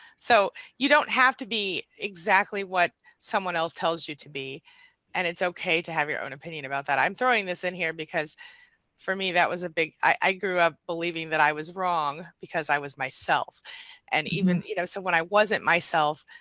so, you don't have to be exactly what someone else tells you to be and it's okay to have your own opinion about that. i'm throwing this in here because for me, that was a big. i grew up believing that i was wrong because i was myself and even, you know so when i wasn't myself,